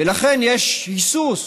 ולכן יש היסוס,